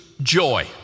joy